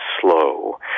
slow